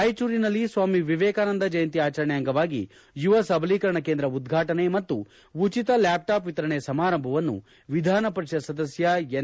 ರಾಯಚೂರಿನಲ್ಲಿ ಸ್ವಾಮಿ ವಿವೇಕಾನಂದ ಜಯಂತಿ ಆಚರಣೆ ಅಂಗವಾಗಿ ಯುವ ಸಬಲೀಕರಣ ಕೇಂದ್ರ ಉದ್ಘಾಟನೆ ಮತ್ತು ಉಚಿತ ಲ್ಕಾಪ್ಟ್ಯಾಪ್ ವಿತರಣೆ ಸಮಾರಂಭವನ್ನು ವಿಧಾನ ಪರಿಷತ್ ಸದಸ್ಯ ಎನ್